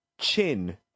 Chin